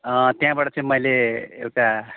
अँ त्यहाँबाट चाहिँ मैले एउटा